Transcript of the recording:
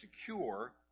secure